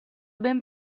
ben